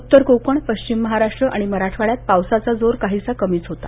उत्तर कोकण पश्चिम महाराष्ट्र आणि मराठवाड्यात पावसाचा जोर काहीसा कमीच होता